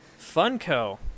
Funko